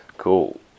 Cool